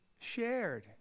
shared